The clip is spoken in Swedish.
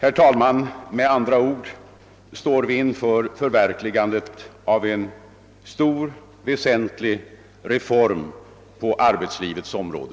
Vi står med andra ord, herr talman, inför förverkligandet av en stor och väsentlig reform på arbetslivets område.